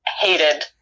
hated